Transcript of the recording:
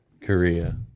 Korea